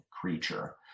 creature